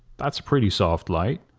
that's a pretty soft light.